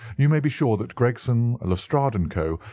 you may be sure that gregson, lestrade, and co.